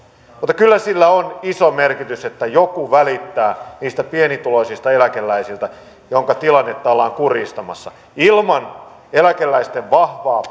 mutta kyllä sillä on iso merkitys että joku välittää niistä pienituloisista eläkeläisistä joiden tilannetta ollaan kurjistamassa ilman eläkeläisten vahvaa